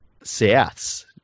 Souths